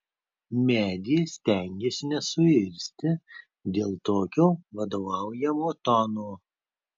medė stengėsi nesuirzti dėl tokio vadovaujamo tono